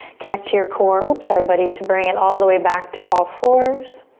connect to your core. oops, sorry buddy. to bring it all the way back to all fours.